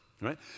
right